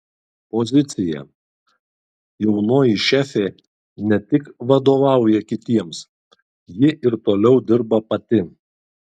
pozicija jaunoji šefė ne tik vadovauja kitiems ji ir toliau dirba pati